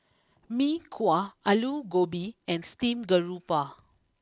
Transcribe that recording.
Mee Kuah Aloo Gobi and Steamed Garoupa